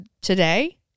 today